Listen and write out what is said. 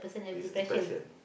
is depression